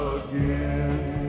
again